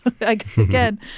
Again